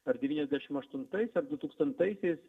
ar devyniasdešim aštuntais du tūkstantaisiais